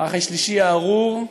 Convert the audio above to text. הרייך השלישי הארור,